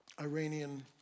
Iranian